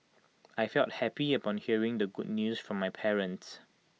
I felt happy upon hearing the good news from my parents